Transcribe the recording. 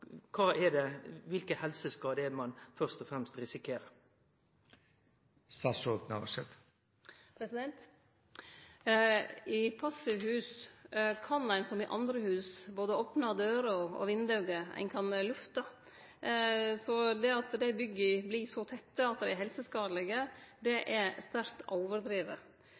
Kva for helseskadar er det ein først og fremst risikerer? I passivhus kan ein, som i andre hus, opne både dører og vindauge og ein kan lufte. Så det at bygga vert så tette at dei er helseskadelege, er sterkt overdrive.